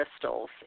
crystals